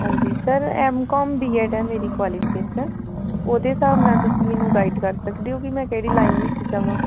ਹਾਂਜੀ sir M Com B Ed ਹੈ ਮੇਰੀ ਕੁਆਲੀਫਿਕੇਸ਼ਨ ਉਹਦੇ ਹਿਸਾਬ ਨਾਲ ਤੁਸੀਂ ਮੈਨੂੰ ਗਾਈਡ ਕਰ ਸਕਦੇ ਹੋ ਕਿ ਮੈਂ ਕਿਹੜੀ ਲਾਈਨ ਵਿੱਚ ਜਾਵਾਂ